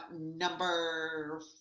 Number